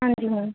ਹਾਂਜੀ ਹਾਂ